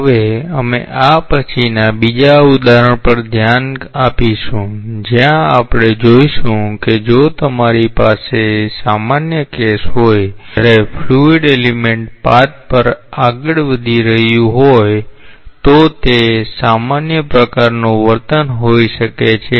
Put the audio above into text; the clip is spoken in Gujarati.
હવે અમે આ પછીના બીજા ઉદાહરણ પર ધ્યાન આપીશું જ્યાં આપણે જોઈશું કે જો તમારી પાસે સામાન્ય કેસ હોય જ્યારે ફ્લુઇડ એલિમેન્ટ પાથ પર આગળ વધી રહ્યું હોય તો તે સામાન્ય પ્રકારનું વર્તન હોઈ શકે છે